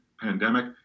pandemic